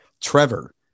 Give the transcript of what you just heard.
Trevor